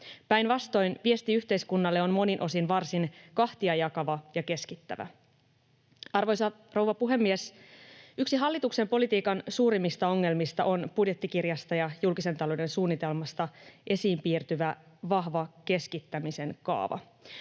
päinvastoin, viesti yhteiskunnalle on monin osin varsin kahtia jakava ja keskittävä. Arvoisa rouva puhemies! Yksi hallituksen politiikan suurimmista ongelmista on budjettikirjasta ja julkisen talouden suunnitelmasta esiin piirtyvä vahva keskittämisen kaava.